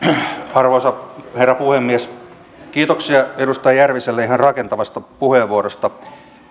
arvoisa herra puhemies kiitoksia edustaja järviselle ihan rakentavasta puheenvuorosta